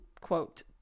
quote